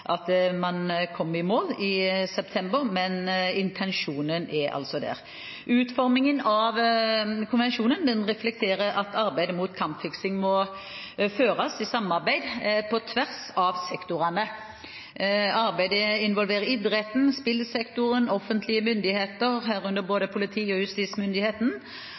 at man kommer i mål i september, men intensjonen er altså der. Utformingen av konvensjonen reflekterer at arbeidet mot kampfiksing må føres i samarbeid, på tvers av sektorene. Arbeidet involverer idretten, spillsektoren, offentlige myndigheter – herunder både politi- og justismyndigheten